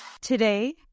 Today